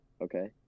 okay